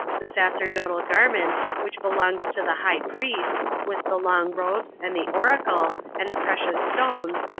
the sacerdotal garments which belonged to the high priest, with the long robes, and the oracle, and the precious stones,